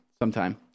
sometime